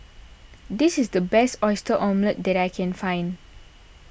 this is the best Oyster Omelette that I can find